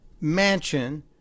mansion